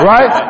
Right